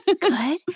Good